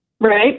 Right